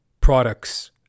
products